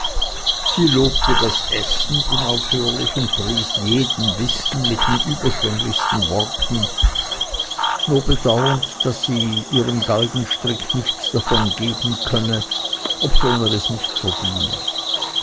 sie lobte das essen unaufhörlich und pries jeden bissen mit den überschwenglichsten worten nur bedauernd daß sie ihrem galgenstrick nichts davon geben könne obschon er es nicht verdiene